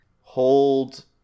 Hold